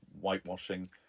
whitewashing